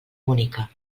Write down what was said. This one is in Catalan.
bonica